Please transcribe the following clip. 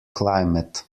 climate